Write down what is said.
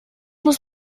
muss